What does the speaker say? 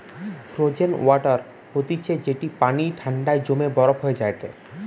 frozen water হতিছে যেটি পানি ঠান্ডায় জমে বরফ হয়ে যায়টে